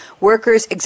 Workers